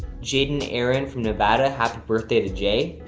jaden aaron from nevada, happy birthday to jay.